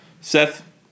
Seth